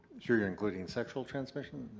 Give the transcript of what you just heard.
sure you're including sexual transmission?